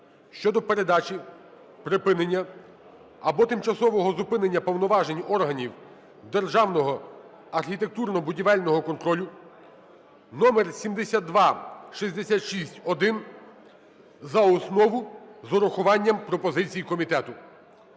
(щодо передачі, припинення або тимчасового зупинення повноважень органів державного архітектурно-будівельного контролю) (№ 7266-1) за основу з урахуванням пропозицій комітету.